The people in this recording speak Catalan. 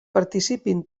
participin